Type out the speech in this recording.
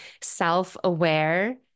self-aware